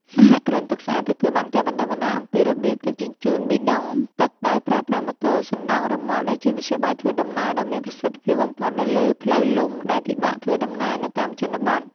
សហគ្រិនទឹកស្អាតទទួលបានការបណ្ដុះបណ្ដាលអំពីរបៀបដឹកជញ្ជូនប៊ីដុងទឹកដោយប្រើប្រាស់ម៉ូតូសណ្ដោងរ៉ឺម៉ក ដែលជាមធ្យោបាយធ្វើដំណើរដ៏មានប្រសិទ្ធភាពបំផុតនៅលើផ្លូវលំដែលពិបាកធ្វើដំណើរនៅតាមជនបទ។